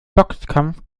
boxkampf